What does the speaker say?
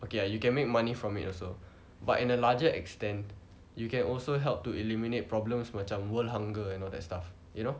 okay lah you can make money from it also but in a larger extent you can also help to eliminate problems macam world hunger and all that stuff you know